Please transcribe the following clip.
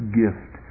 gift